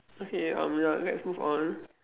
okay um ya let's move on